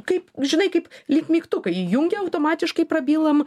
kaip žinai kaip lyg mygtuką įjungė automatiškai prabylam